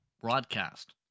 broadcast